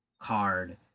card